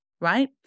right